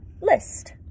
list